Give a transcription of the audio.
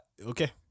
okay